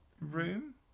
room